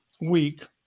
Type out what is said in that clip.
week